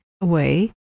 away